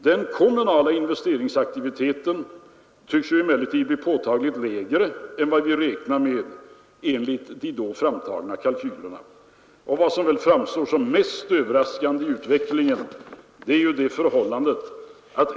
Den kommunala investeringsaktiviteten tycks emellertid bli påtagligt lägre än vad vi räknade med enligt de då framtagna kalkylerna. Men vad som väl framstår som mest överraskande i utvecklingen är ett annat förhållande.